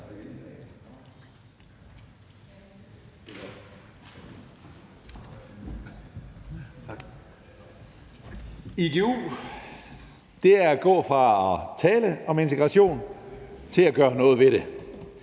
Igu er at gå fra at tale om integration til at gøre noget ved det.